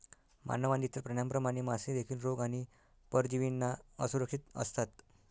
मानव आणि इतर प्राण्यांप्रमाणे, मासे देखील रोग आणि परजीवींना असुरक्षित असतात